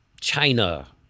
China